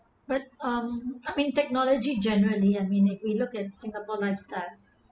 but um I mean technology generally I mean if we look at singapore lifestyle